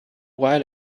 while